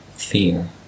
fear